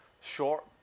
short